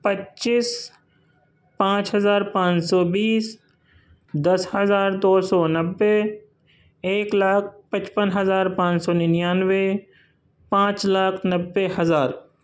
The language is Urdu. پچیس پانچ ہزار پانچ سو بیس دس ہزار دو سو نوے ایک لاکھ پچپن ہزار پانچ سو ننانوے پانچ لاکھ نوے ہزار